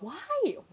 how he